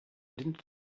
didn’t